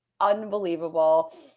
unbelievable